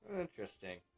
Interesting